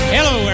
Hello